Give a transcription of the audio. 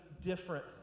different